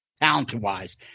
talent-wise